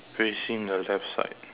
facing the left side